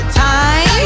time